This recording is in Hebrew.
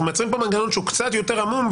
אנחנו מייצרים פה מנגנון שהוא קצת יותר עמום,